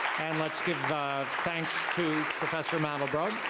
and let's give thanks to professor mandelbrot.